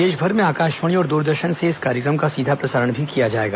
देशभर में आकाशवाणी और दूरदर्शन से इस कार्यक्रम का सीधा प्रसारण किया जायेगा